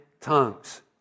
tongues